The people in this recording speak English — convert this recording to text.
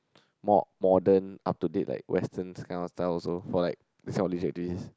more modern up to date like western this kind of style also for like this kind of leisure activities